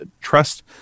trust